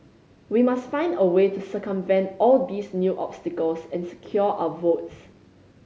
we must find a way to circumvent all these new obstacles and secure our votes